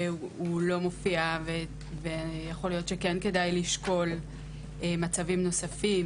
שהוא לא מופיע ויכול להיות שכן כדאי לשקול מצבים נוספים,